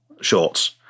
shorts